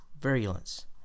virulence